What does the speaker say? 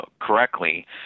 correctly